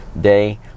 day